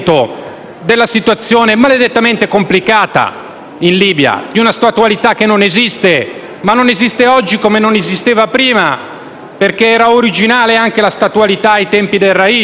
della situazione maledettamente complicata in Libia, di una statualità che non esiste, ma che non esiste oggi così come non esisteva prima. Era originale infatti anche la statualità ai tempi del *rais*,